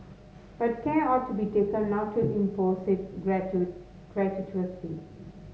but care ought to be taken not to impose it gratuitously